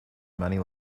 money